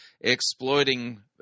exploiting